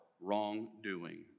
wrongdoing